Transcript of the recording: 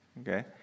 Okay